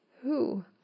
Who